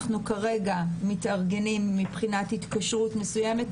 אנחנו כרגע מתארגנים מבחינת התקשרות מסוימת,